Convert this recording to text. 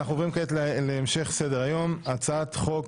אנחנו עוברים כעת להמשך סדר היום: הצעת חוק